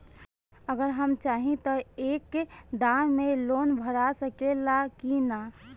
अगर हम चाहि त एक दा मे लोन भरा सकले की ना?